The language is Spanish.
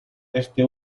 este